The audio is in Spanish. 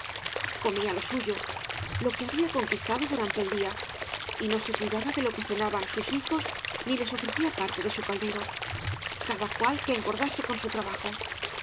comía lo suyo lo que había conquistado durante el día y no se cuidaba de lo que cenaban iua hijos ni lea ofrecía parte de su caldero cada cual que engordase con su trabajo